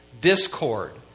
discord